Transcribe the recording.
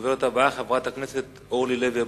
הדוברת הבאה, חברת הכנסת אורלי לוי אבקסיס.